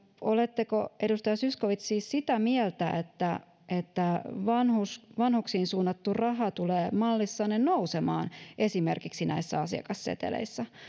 oletteko edustaja zyskowicz siis sitä mieltä että että vanhuksiin suunnattu raha tulee mallissanne nousemaan esimerkiksi näissä asiakasseteleissä